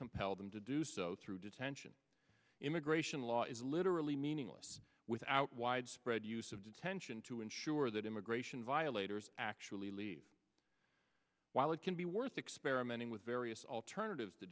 compel them to do so through detention immigration law is literally meaningless without widespread use of detention to ensure that immigration violators actually leave while it can be worth experimenting with various alternatives to